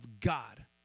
God